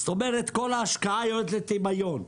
זאת אומרת כל ההשקעה יורדת לטמיון.